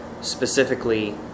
specifically